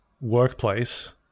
workplace